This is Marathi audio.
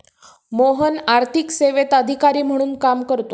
मोहन आर्थिक सेवेत अधिकारी म्हणून काम करतो